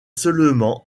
seulement